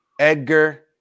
Edgar